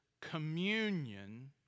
communion